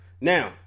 Now